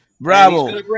Bravo